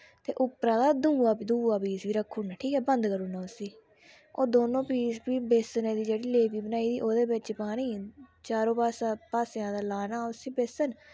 ते उप्परा दुआ दुआ पीस बी रक्खी ओड़ना ठीक ऐ बंद करी ओड़ना उस्सी